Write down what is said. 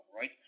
right